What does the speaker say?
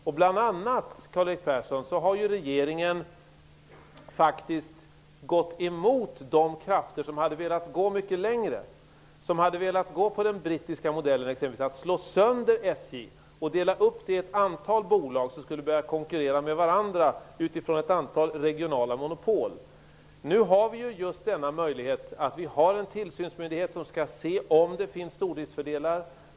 Regeringen har, Karl-Erik Persson, bl.a. gått emot de krafter som hade velat gå mycket längre och använda den brittiska modellen, slå sönder SJ och dela upp det i ett antal bolag som skulle börja konkurrera med varandra utifrån ett antal regionala monopol. Nu har vi just denna möjlighet att en tillsynsmyndighet skall se om det finns stordriftsfördelar.